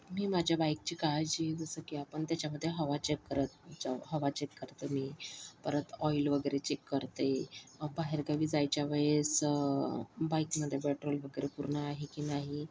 मी माझ्या बाईकची काळजी जसं की आपण त्याच्यामध्ये हवा चेक करत हवा चेक करते मी परत ऑइल वगैरे चेक करते बाहेरगावी जायच्या वेळेस बाईकमध्ये पेट्रोल वगैरे पूर्ण आहे की नाही